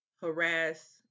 harass